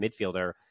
midfielder